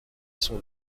son